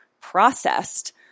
processed